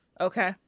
Okay